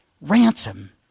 ransom